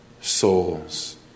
souls